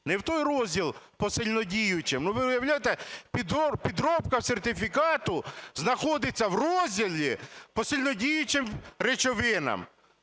не в той розділ по сильнодіючим… Ну, ви уявляєте, підробка сертифікату знаходиться в розділі по сильнодіючим речовинам!